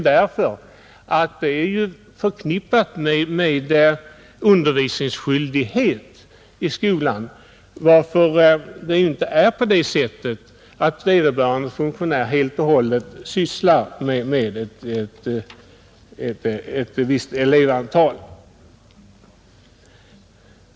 Det nuvarande systemet är ju förknippat med undervisningsskyldighet i skolan, varför vederbörande funktionär inte uteslutande sysslar med ett visst elevantal.